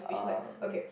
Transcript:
oh okay